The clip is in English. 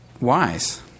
wise